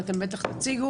ואתם בוודאי תציגו,